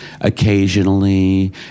occasionally